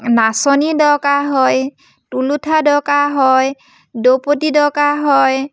নাচনী দৰকাৰ হয় তুলুঠা দৰকাৰ হয় ডৌপতি দৰকাৰ হয়